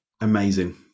Amazing